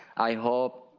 i hope